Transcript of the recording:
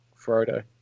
Frodo